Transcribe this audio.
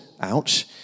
ouch